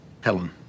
Helen